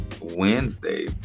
Wednesday